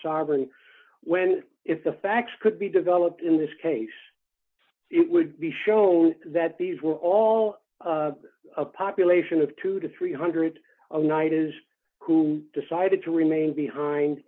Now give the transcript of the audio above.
sovereign when if the facts could be developed in this case it would be shown that these were all a population of two to three hundred night is who decided to remain behind